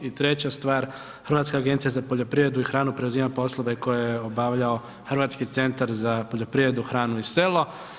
I treća stvar Hrvatska agencija za poljoprivredu i hranu preuzima poslove koje je obavljao Hrvatski centar za poljoprivredu, hranu i selo.